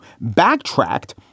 backtracked